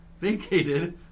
vacated